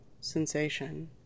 sensation